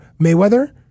Mayweather